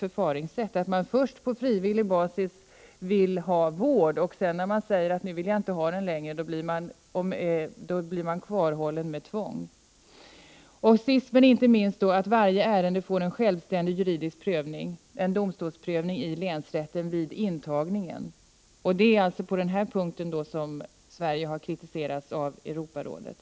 Först skulle man på frivillig basis vilja ha vård, och när man inte längre vill ha det, blir man kvarhållen med tvång. 4. Varje ärende bör få en självständig juridisk prövning, en domstolsprövning i länsrätten, vid intagningen. Det är på den här punkten som Sverige har kritiserats av Europarådet.